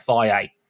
FIA